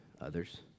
others